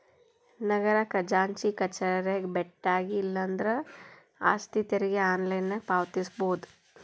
ನಗರ ಖಜಾಂಚಿ ಕಚೇರಿಗೆ ಬೆಟ್ಟ್ಯಾಗಿ ಇಲ್ಲಾಂದ್ರ ಆಸ್ತಿ ತೆರಿಗೆ ಆನ್ಲೈನ್ನ್ಯಾಗ ಪಾವತಿಸಬೋದ